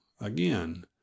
again